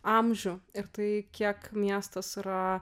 amžių ir tai kiek miestas yra